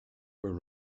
where